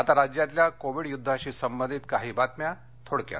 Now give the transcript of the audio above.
आता राज्यातल्या कोविड युद्धाशी संबंधित काही बातम्या थोडक्यात